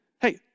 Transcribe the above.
hey